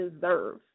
deserve